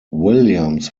williams